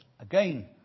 Again